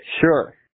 Sure